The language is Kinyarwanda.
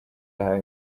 yahawe